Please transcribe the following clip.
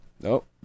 Nope